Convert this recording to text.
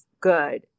good